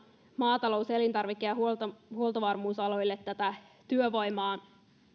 maatalous elintarvike ja huoltovarmuusaloille tarvitaan tätä työvoimaa